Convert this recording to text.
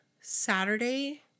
saturday